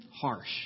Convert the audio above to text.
harsh